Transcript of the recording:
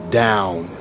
down